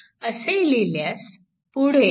असे लिहिल्यास पुढे